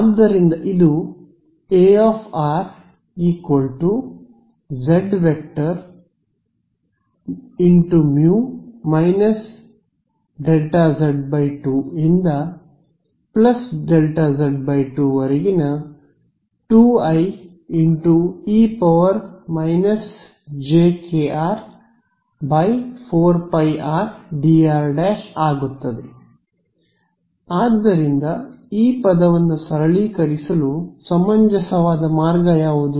ಆದ್ದರಿಂದ ಇದು A R zˆಮ್ಯೂ Δz೨ ಇಂದ ∆z 2 ವರೆಗಿನ 2 ಐ ಇ−jkR ೪ಪೈಆರ್ dr ಆಗುತ್ತದೆ ಆದ್ದರಿಂದ ಈ ಪದವನ್ನು ಸರಳೀಕರಿಸಲು ಸಮಂಜಸವಾದ ಮಾರ್ಗ ಯಾವುದು